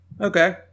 Okay